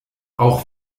auch